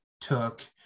took